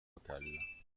locales